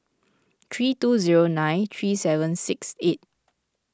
three two zero nine three seven six eight